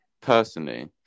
personally